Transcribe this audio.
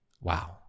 wow